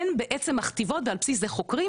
הן בעצם מכתיבות ועל בסיס זה חוקרים,